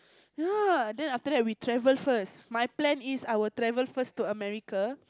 ya then after that we travel first my plan is I will travel first to America